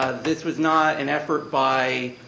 ah this was not an effort by